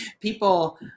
people